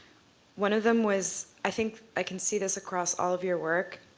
one of them was i think i can see this across all of your work